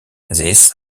this